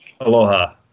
Aloha